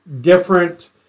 different